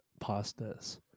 pastas